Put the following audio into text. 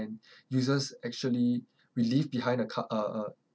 and users actually we leave behind a ca~ a a